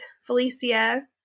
Felicia